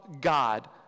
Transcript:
God